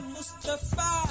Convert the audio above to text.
Mustafa